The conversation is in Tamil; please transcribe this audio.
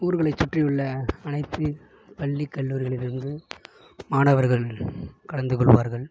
ஊர்களைச் சுற்றி உள்ள அனைத்து பள்ளிக் கல்லூரிகளில் இருந்து மாணவர்கள் கலந்துக் கொள்வார்கள்